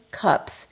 cups